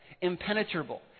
impenetrable